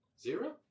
Zero